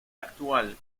actual